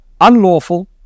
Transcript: unlawful